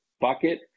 bucket